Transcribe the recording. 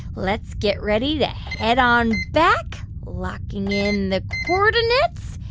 let's get ready to head on back. locking in the coordinates.